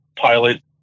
pilot